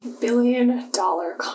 Billion-dollar